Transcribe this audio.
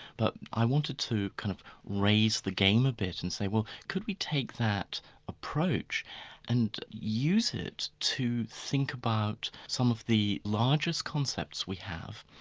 but i wanted to kind of raise the game a bit, and say well, could we take that approach and use it to think about some of the largest concepts we have.